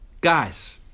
guys